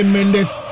Mendes